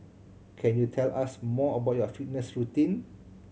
can you tell us more about your fitness routine